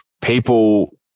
people